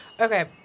Okay